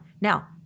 Now